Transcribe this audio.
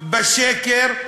בשקר,